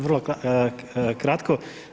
Vrlo kratko.